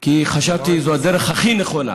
כי חשבתי שזו הדרך הכי נכונה